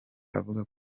avuga